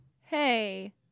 hey